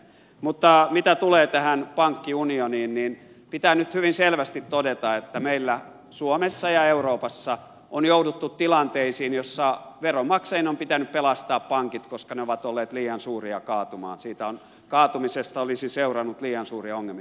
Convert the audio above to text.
mutta mitä tulee tähän pankkiunioniin niin pitää nyt hyvin selvästi todeta että meillä suomessa ja euroopassa on jouduttu tilanteisiin joissa veronmaksajien on pitänyt pelastaa pankit koska ne ovat olleet liian suuria kaatumaan siitä kaatumisesta olisi seurannut liian suuria ongelmia